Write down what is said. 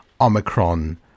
Omicron